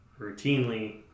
routinely